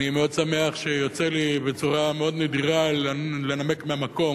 אני מאוד שמח שיוצא לי בצורה מאוד נדירה לנמק מהמקום.